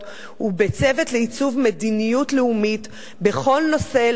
ובצוות לעיצוב מדיניות לאומית בכל נושא,